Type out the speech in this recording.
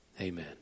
Amen